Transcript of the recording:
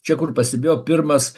čia kur pastebėjau pirmas